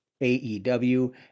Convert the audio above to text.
AEW